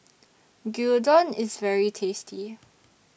Gyudon IS very tasty